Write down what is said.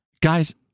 Guys